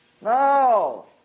No